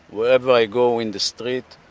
wherever i go in the street,